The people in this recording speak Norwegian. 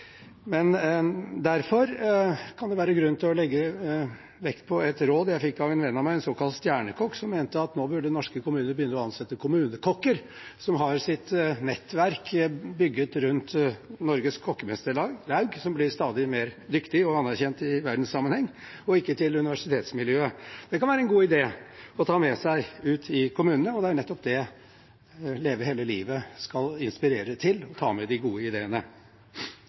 derfor kan det være grunn til å legge vekt på et råd jeg fikk av en venn av meg, en såkalt stjernekokk, som mente at nå burde norske kommuner begynne å ansette kommunekokker som har sitt nettverk bygget rundt norske kokkemesterlaug, som blir stadig dyktigere og mer anerkjente i verdenssammenheng, og ikke se til universitetsmiljøet. Det kan være en god idé å ta med seg ut i kommunene, og det er nettopp det Leve hele livet skal inspirere til – å ta med de gode ideene.